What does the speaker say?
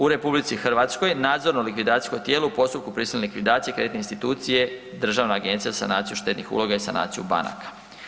U RH nadzorno likvidacijsko tijelo u postupku prisilne likvidacije kreditne institucije je Državna agencija za sanaciju štednih uloga i sanaciju banaka.